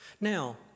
Now